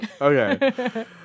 Okay